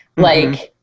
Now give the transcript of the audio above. like,